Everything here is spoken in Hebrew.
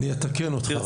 אני אתקן אותך,